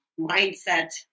mindset